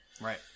right